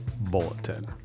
Bulletin